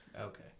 Okay